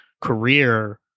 career